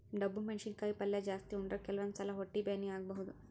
ಡಬ್ಬು ಮೆಣಸಿನಕಾಯಿ ಪಲ್ಯ ಜಾಸ್ತಿ ಉಂಡ್ರ ಕೆಲವಂದ್ ಸಲಾ ಹೊಟ್ಟಿ ಬ್ಯಾನಿ ಆಗಬಹುದ್